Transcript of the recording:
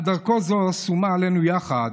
על דרכו זו שומה עלינו יחד